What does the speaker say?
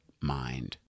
mind